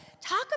Talk